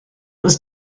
was